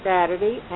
Saturday